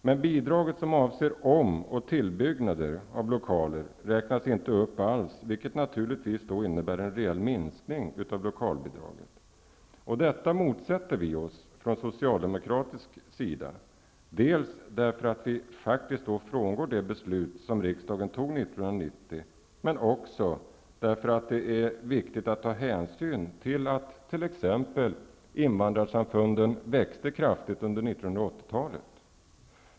Men bidraget som avser om och tillbyggnad av lokaler räknas inte upp alls, vilket naturligtvis innebär en reell minskning av lokalbidraget. Detta motsätter vi oss från socialdemokratisk sida dels därför att vi faktiskt då frångår det beslut som riksdagen fattade 1990, dels också därför att det är viktigt att ta hänsyn till att t.ex. invandrarsamfunden växte kraftigt under 1980 talet.